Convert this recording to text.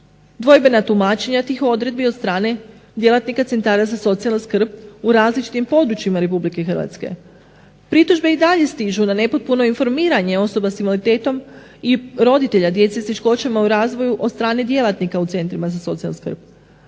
Dvojbena tumačenja tih odredbi od strane djelatnika Centara za socijalnu skrb u različitim područjima Republike Hrvatske. Pritužbe i dalje stižu na nepotpuno informiranje osoba s invaliditetom i roditelja djece s teškoćama u razvoju od strane djelatnika u Centrima za socijalnu skrb,